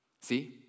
See